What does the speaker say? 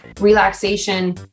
relaxation